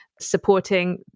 supporting